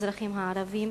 מהאזרחים הערבים